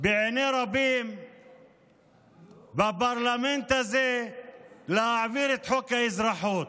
בעיני רבים בפרלמנט הזה להעביר את חוק האזרחות,